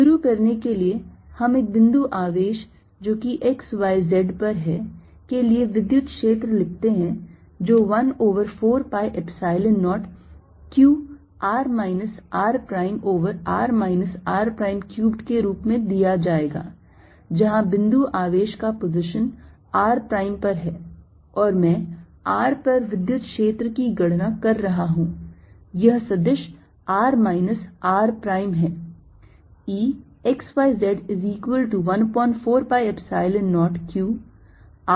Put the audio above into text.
शुरू करने के लिए हम एक बिंदु आवेश जो कि x y z पर है के लिए विद्युत क्षेत्र लिखते है जो 1 over 4 pi Epsilon 0 q r minus r prime over r minus r prime cubed के रूप में दिया जाएगा जहां बिंदु आवेश का पोजीशन r प्राइम पर है और मैं r पर विद्युत क्षेत्र की गणना कर रहा हूं यह सदिश r minus r prime है